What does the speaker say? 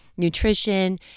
Nutrition